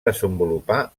desenvolupar